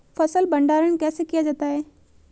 फ़सल भंडारण कैसे किया जाता है?